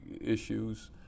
issues